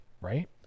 Right